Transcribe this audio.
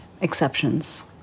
exceptions